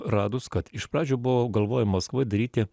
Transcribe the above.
radus kad iš pradžių buvo galvojimas daryti